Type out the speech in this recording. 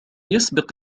يسبق